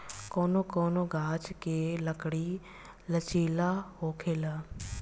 कौनो कौनो गाच्छ के लकड़ी लचीला होखेला